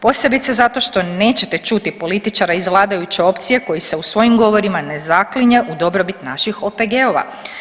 Posebice zato što nećete čuti političara iz vladajuće opcije koji se u svojim govorima ne zaklinje u dobrobit naših OPG-ova.